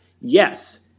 yes